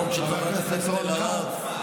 חבר הכנסת רון כץ.